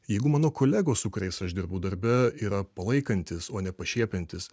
jeigu mano kolegos su kuriais aš dirbu darbe yra palaikantys o ne pašiepiantys